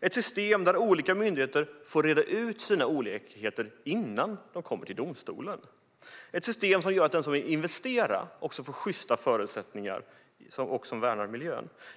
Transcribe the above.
ett system där olika myndigheter får reda ut sina olikheter innan de kommer till domstolen, ett system där den som vill investera får sjysta förutsättningar och ett system som värnar miljön.